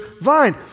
vine